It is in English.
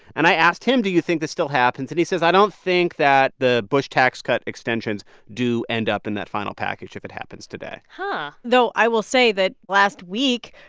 and i asked him, do you think this still happens? and he says, i don't think that the bush tax cut extensions do end up in that final package if it happens today huh though, i will say that last week,